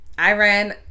Iran